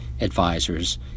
advisors